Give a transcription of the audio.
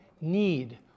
need